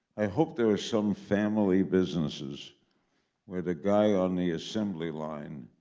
i hope there are some family businesses where the guy on the assembly line